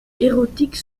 érotiques